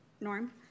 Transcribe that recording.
Norm